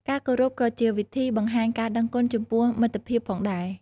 ការគោរពក៏ជាវិធីបង្ហាញការដឹងគុណចំពោះមិត្តភាពផងដែរ។